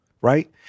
Right